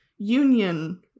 Union